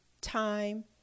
time